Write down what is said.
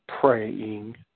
praying